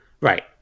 Right